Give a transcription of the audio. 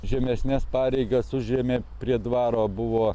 žemesnes pareigas užėmė prie dvaro buvo